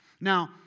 Now